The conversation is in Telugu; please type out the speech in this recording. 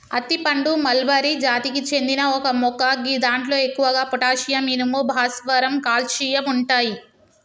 అత్తి పండు మల్బరి జాతికి చెందిన ఒక మొక్క గిదాంట్లో ఎక్కువగా పొటాషియం, ఇనుము, భాస్వరం, కాల్షియం ఉంటయి